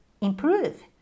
improve